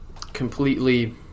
completely